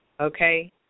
Okay